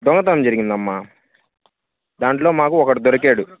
దొంగతనం జరిగిందమ్మ దాంట్లో మాకు ఒకడు దొరికాడు